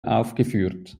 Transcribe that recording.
aufgeführt